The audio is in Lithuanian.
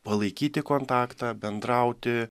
palaikyti kontaktą bendrauti